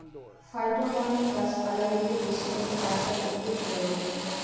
phytohormone গাছ পালায় দিলে বেশি করে গাছ আর উদ্ভিদ বেড়ে ওঠে